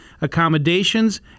accommodations